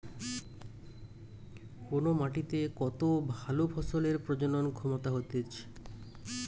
কোন মাটিতে কত ভালো ফসলের প্রজনন ক্ষমতা হতিছে